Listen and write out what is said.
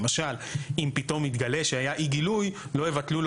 למשל אם פתאום יתגלה שהיה אי גילוי לא יבטלו לו